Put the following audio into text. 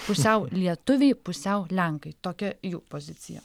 pusiau lietuviai pusiau lenkai tokia jų pozicija